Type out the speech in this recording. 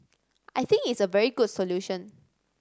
I think it's a very good solution